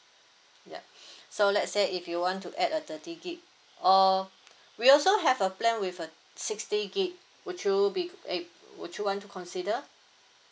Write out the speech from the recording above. yup so let's say if you want to add a thirty gigabyte or we also have a plan with err sixty gigabyte would you be it would you want to consider